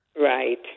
Right